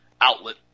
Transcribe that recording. outlet